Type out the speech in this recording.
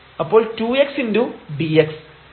അപ്പോൾ 2 x dx